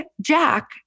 Jack